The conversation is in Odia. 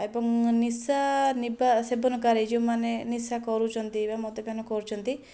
ଏବଂ ନିଶା ନିବା ସେବନକାରି ଯେଉଁମାନେ ନିଶା କରୁଛନ୍ତି ବା ମଦ୍ୟପାନ କରୁଛନ୍ତି